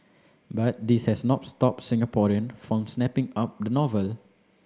but this has not stopped Singaporean from snapping up the novel